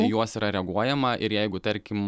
į juos yra reaguojama ir jeigu tarkim